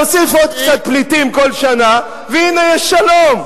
תוסיף עוד קצת פליטים כל שנה, והנה יש שלום.